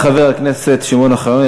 תודה רבה לחבר הכנסת שמעון אוחיון.